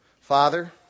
Father